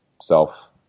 self